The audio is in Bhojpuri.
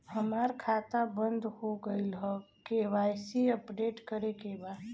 हमार खाता बंद हो गईल ह के.वाइ.सी अपडेट करे के बा?